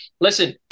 listen